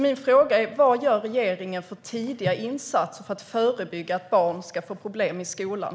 Min fråga är: Vad gör regeringen för tidiga insatser för att förebygga att barn får problem i skolan?